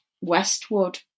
Westwood